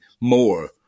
more